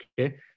okay